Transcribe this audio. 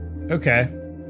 Okay